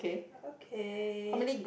okay